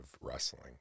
wrestling